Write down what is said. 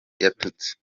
yatutse